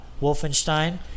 Wolfenstein